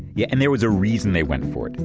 yeah and there was a reason they went for it. and